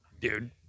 dude